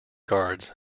guards